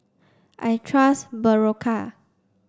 I trust Berocca